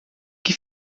que